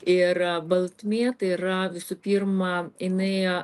ir baltmė tai yra visų pirma jinai